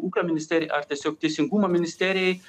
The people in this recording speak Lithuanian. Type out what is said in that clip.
ūkio ministerijai ar tiesiog teisingumo ministerijai